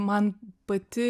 man pati